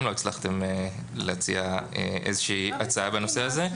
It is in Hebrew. לא הצלחתם להציע איזושהי הצעה בנושא הזה.